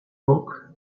book